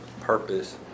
purpose